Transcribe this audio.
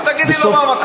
אל תגיד לי "לא מהמקום".